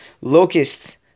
locusts